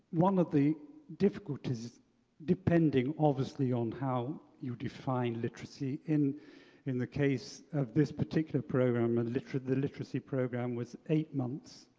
one of the difficulties is depending obviously on how you define literacy. in in the case of this particular program, ah the literacy the literacy program was eight months,